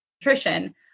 nutrition